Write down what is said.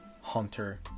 hunter